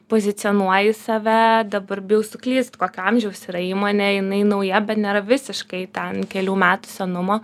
pozicionuoji save dabar bijau suklyst kokio amžiaus yra įmonė jinai nauja bet nėra visiškai ten kelių metų senumo